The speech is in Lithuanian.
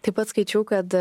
taip pat skaičiau kad